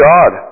God